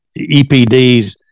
EPDs